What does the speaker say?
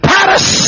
Paris